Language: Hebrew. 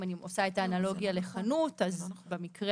אם אני עושה את האנלוגיה לחנות אז במקרה